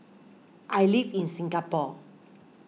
I live in Singapore